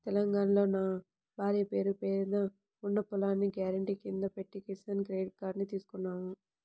తెలంగాణాలో నా భార్య పేరు మీద ఉన్న పొలాన్ని గ్యారెంటీ కింద పెట్టి కిసాన్ క్రెడిట్ కార్డుని తీసుకున్నాను